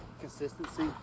consistency